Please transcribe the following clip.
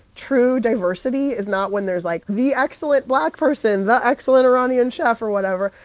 true diversity is not when there's, like, the excellent black person, the excellent iranian chef or whatever.